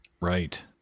Right